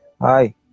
hi